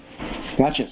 Gotcha